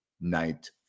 Night